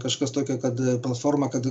kažkas tokio kad forma kad